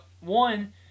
one